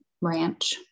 Ranch